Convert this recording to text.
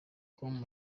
com